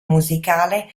musicale